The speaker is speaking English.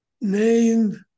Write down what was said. named